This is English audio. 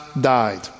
died